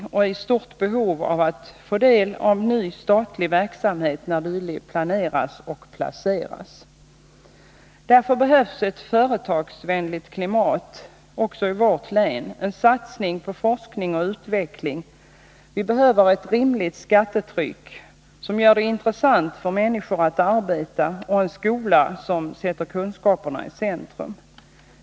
Vi är i stort behov av att få del av statlig verksamhet när sådan planeras och placeras. Det behövs ett företagsvänligt klimat också i vårt län, en satsning på forskning och utveckling. Och hela landet behöver få ett rimligt skattetryck som gör det intressant för människorna att arbeta och en skola som sätter kunskaperna i centrum.